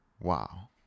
Wow